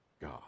god